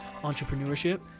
entrepreneurship